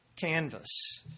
canvas